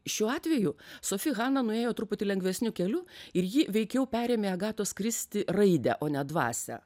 šiuo atveju sofi hana nuėjo truputį lengvesniu keliu ir ji veikiau perėmė agatos kristi raidę o ne dvasią